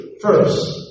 first